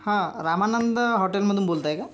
हां रामानंद हॉटेलमधून बोलत आहे का